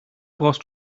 brauchst